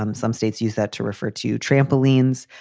um some states use that to refer to trampolines.